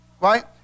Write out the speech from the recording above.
right